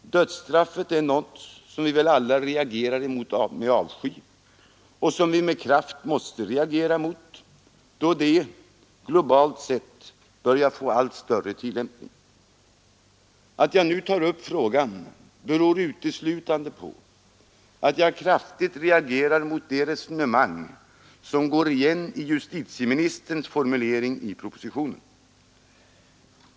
Dödsstraffet är något, som vi väl alla reagerar emot med avsky och som vi med kraft måste vända oss emot, då det — globalt sett — börjar få en allt större tillämpning. Att jag nu tar upp frågan beror uteslutande på att jag kraftigt reagerar mot det resonemang som går igen i justitieministerns formulering i propositionen.